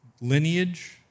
lineage